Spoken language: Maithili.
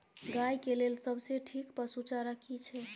गाय के लेल सबसे ठीक पसु चारा की छै?